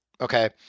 Okay